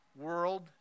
world